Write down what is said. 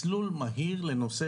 000 ₪, למנהל